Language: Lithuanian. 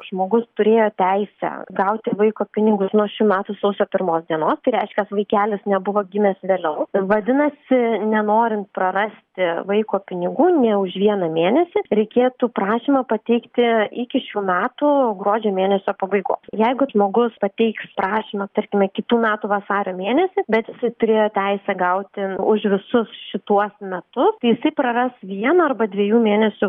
žmogus turėjo teisę gauti vaiko pinigus nuo šių metų sausio pirmos dienos reiškias vaikelis nebuvo gimęs vėliau vadinasi nenorint prarasti vaiko pinigų nė už vieną mėnesį reikėtų prašymą pateikti iki šių metų gruodžio mėnesio pabaigos jeigu žmogus pateiks prašymą tarkime kitų metų vasario mėnesį bet jisai turėjo teisę gauti už visus šituos metus tai jisai praras vieną arba dviejų mėnesių